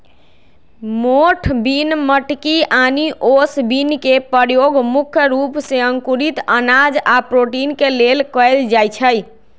मोठ बिन मटकी आनि ओस बिन के परयोग मुख्य रूप से अंकुरित अनाज आ प्रोटीन के लेल कएल जाई छई